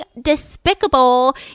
despicable